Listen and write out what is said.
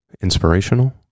inspirational